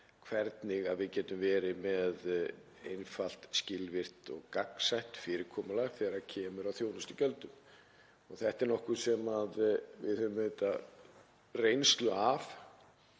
hvernig við getum verið með einfalt, skilvirkt og gagnsætt fyrirkomulag þegar kemur að þjónustugjöldum. Þetta er nokkuð sem við höfum auðvitað